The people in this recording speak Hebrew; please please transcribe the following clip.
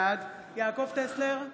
בעד יעקב טסלר,